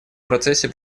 процессе